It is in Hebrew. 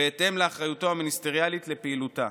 בהתאם לאחריותו המיניסטריאלית לפעילותה",